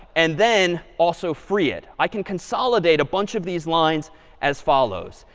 and then also free it. i can consolidate a bunch of these lines as follows.